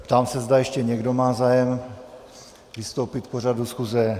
Ptám se, zda ještě někdo má zájem vystoupit k pořadu schůze.